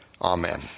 Amen